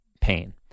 pain